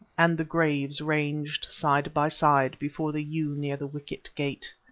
and the graves ranged side by side before the yew near the wicket gate.